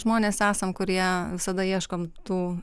žmonės esam kurie visada ieškom tų